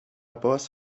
باز